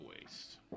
waste